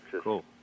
Cool